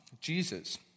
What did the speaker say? Jesus